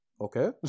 okay